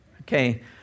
Okay